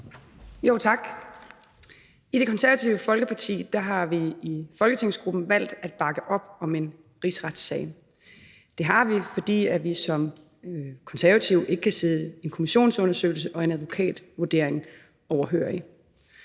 Tak. I Det Konservative Folkeparti har vi i folketingsgruppen valgt at bakke op om en rigsretssag. Det har vi, fordi vi som konservative ikke kan sidde en kommissionsundersøgelse og en advokatvurdering overhørig.